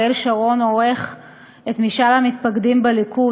אריאל שרון עורך את משאל המתפקדים בליכוד.